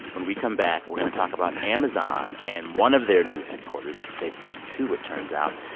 when we come back, we're going to talk about amazon and one of their new headquarters. they picked two, it turns out.